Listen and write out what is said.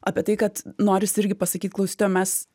apie tai kad noris irgi pasakyt klausytojam mes